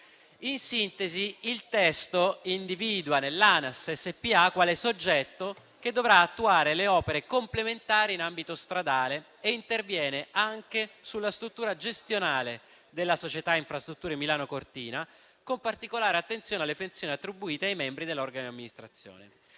In sintesi il testo individua nell'ANAS SpA il soggetto che dovrà attuare le opere complementari in ambito stradale e interviene anche sulla struttura gestionale della società Infrastrutture Milano Cortina, con particolare attenzione alle funzioni attribuite ai membri dell'organo di amministrazione.